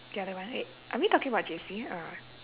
the other one wait are we talking about J_C or